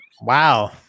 Wow